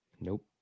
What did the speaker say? Nope